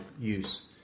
use